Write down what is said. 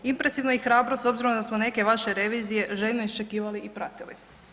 Impresivna je i hrabrost s obzirom da smo neke vaše revizije željno iščekivali i pratili.